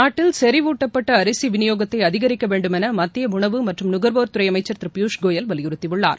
நாட்டில் செறிவூட்டப்பட்ட அரிசி விநியோகத்தை அதிகரிக்க வேண்டும் என மத்திய உணவு மற்றும் நுகர்வோர்துறை அமைச்சர் திரு பியூஷ் கோயல் வலியுறுத்தியுள்ளார்